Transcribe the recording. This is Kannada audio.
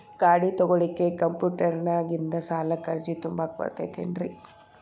ಗಾಡಿ ತೊಗೋಳಿಕ್ಕೆ ಕಂಪ್ಯೂಟೆರ್ನ್ಯಾಗಿಂದ ಸಾಲಕ್ಕ್ ಅರ್ಜಿ ತುಂಬಾಕ ಬರತೈತೇನ್ರೇ?